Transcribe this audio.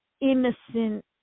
innocent